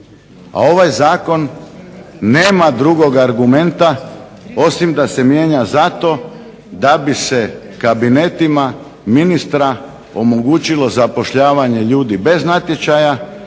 a ovaj Zakon nema drugog argumenta osim da se mijenja zato da bi se kabinetima ministra omogućilo zapošljavanje ljudi bez natječaja